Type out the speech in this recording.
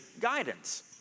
guidance